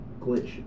glitch